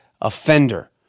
offender